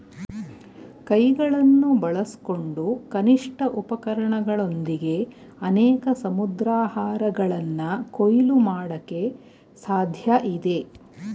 ಕೈಗಳನ್ನು ಬಳಸ್ಕೊಂಡು ಕನಿಷ್ಠ ಉಪಕರಣಗಳೊಂದಿಗೆ ಅನೇಕ ಸಮುದ್ರಾಹಾರಗಳನ್ನ ಕೊಯ್ಲು ಮಾಡಕೆ ಸಾಧ್ಯಇದೆ